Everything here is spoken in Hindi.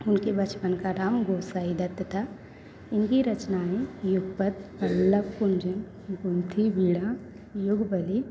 उनके बचपन का नाम गोसाई दत्त था इनकी रचनाएं युगपपथ पल्लव गुंजन गीतहँस वीणा युगवाणी